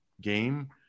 game